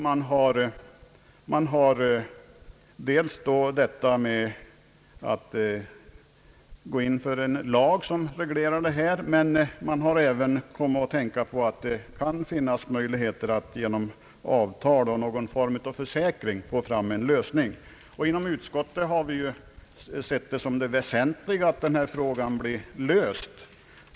Man har då att ta med möjligheten att gå in för en lagstiftning som reglerar detta, men man har även att tänka på att det kan finnas möjlighet att genom avtal eller någon form av försäkring få fram en lösning. Inom utskottet har vi sett det som det väsentliga att denna fråga blir löst.